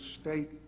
State